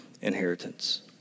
inheritance